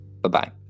Bye-bye